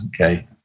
Okay